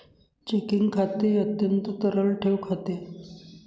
checking खाते हे अत्यंत तरल ठेव खाते आहे